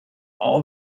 all